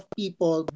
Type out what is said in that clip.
people